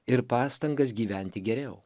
ir pastangas gyventi geriau